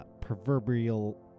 proverbial